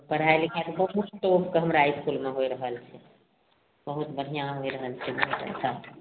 पढ़ाइ लिखाइ तऽ बहुत लोककेँ हमरा इसकुलमे होइ रहल छै बहुत बढ़िआँ होइ रहल छै बहुत अच्छा